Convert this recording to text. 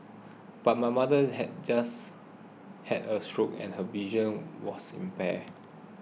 but my mother's had just had a stroke and her vision was impaired